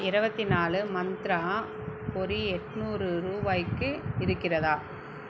இருபத்தி நாலு மந்த்ரா பொரி எட்நூறு ரூபாய்க்கு இருக்கிறதா